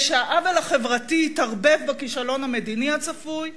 שהעוול החברתי יתערבב בכישלון המדיני הצפוי,